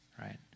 right